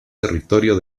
territorio